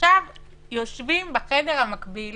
יושבים החבר'ה בחדר המקביל